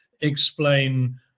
explain